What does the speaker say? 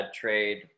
trade